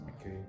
okay